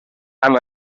amb